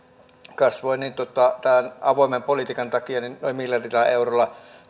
kasvoivat tämän avoimen politiikan takia noin miljardilla eurolla